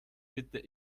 bitte